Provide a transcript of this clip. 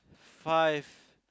five